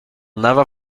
never